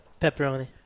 pepperoni